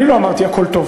אני לא אמרתי שהכול טוב,